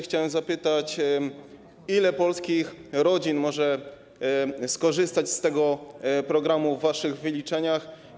Chciałem zapytać: Ile polskich rodzin może skorzystać z tego programu według waszych wyliczeń?